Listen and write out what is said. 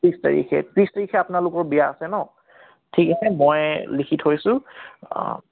ত্ৰিছ তাৰিখে ত্ৰিছ তাৰিখে আপোনালোকৰ বিয়া আছে ন ঠিক আছে মই লিখি থৈছোঁ অঁ